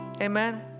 Amen